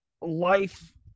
life